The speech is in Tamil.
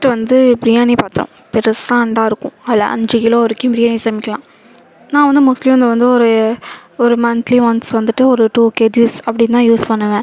ஃபஸ்ட் வந்து பிரியாணி பாத்திரம் பெருசாக அண்டா இருக்கும் அதில் அஞ்சு கிலோ வரைக்கும் பிரியாணி சமைக்கலாம் நான் வந்து மோஸ்ட்லி வந்து வந்து ஒரு ஒரு மந்த்லி ஒன்ஸ் வந்துட்டு ஒரு டூ கேஜிஸ் அப்படின்னு தான் யூஸ் பண்ணுவேன்